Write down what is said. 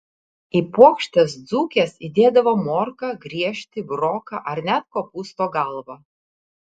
į puokštes dzūkės įdėdavo morką griežtį buroką ar net kopūsto galvą